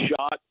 shot